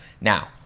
Now